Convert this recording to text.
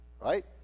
Right